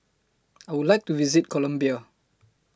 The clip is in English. I Would like to visit Colombia